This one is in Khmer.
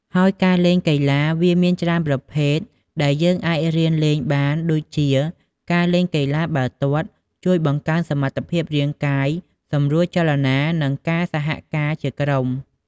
ហើយការលេងកីឡា វាមានច្រើនប្រភេទដែលយើងអាចរៀនលេងបានដួចជាការលេងកីឡាបាល់ទាត់ ជួយបង្កើនសមត្ថភាពរាងកាយ សម្រួលចលនា និងការសហការជាក្រុម។